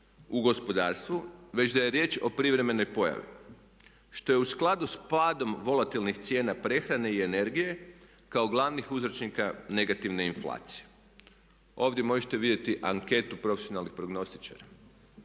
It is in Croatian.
u gospodarstvu već da je riječ o privremenoj pojavi. Što je u skladu s padom volatelnih cijena prehrane i energije kao glavnih uzročnika negativne inflacije. Ovdje možete vidjeti anketu profesionalnih prognostičara